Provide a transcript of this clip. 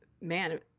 Man